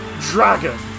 dragon